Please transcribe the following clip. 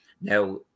Now